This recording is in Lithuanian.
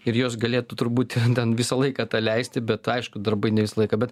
ir jos galėtų turbūt ten visą laiką tą leisti bet aišku darbai ne visą laiką bet